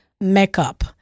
makeup